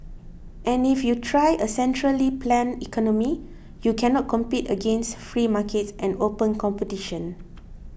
and if you try a centrally planned economy you cannot compete against free markets and open competition